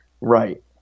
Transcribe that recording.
Right